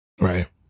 right